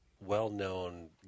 well-known